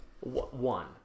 One